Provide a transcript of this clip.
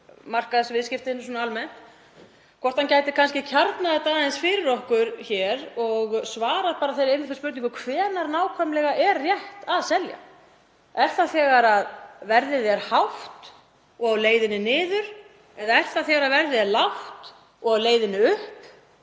markaðsviðskipti almennt, hvort hann gæti kannski kjarnað þetta aðeins fyrir okkur hér og svarað einfaldri spurningu: Hvenær nákvæmlega er rétt að selja? Er það þegar verðið er hátt og á leiðinni niður? Eða er það þegar verðið er lágt og á leiðinni upp?